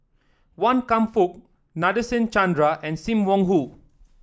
Wan Kam Fook Nadasen Chandra and Sim Wong Hoo